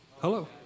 Hello